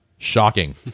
shocking